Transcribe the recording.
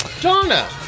Donna